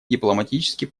дипломатический